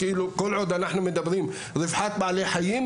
כל עוד אנחנו מדברים על רווחת בעלי החיים,